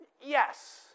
yes